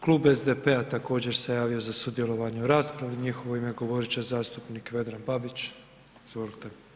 Klub SDP-a također se javio za sudjelovanje u raspravi, u njihovo ime govorit će zastupnik Vedran Babić, izvolite.